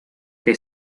que